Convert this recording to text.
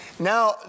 Now